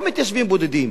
ולא מתיישבים בודדים.